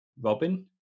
robin